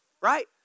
Right